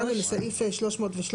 לסעיף 313,